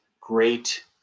great